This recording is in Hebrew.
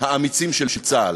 האמיצים, של צה"ל.